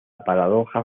paradoja